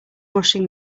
washing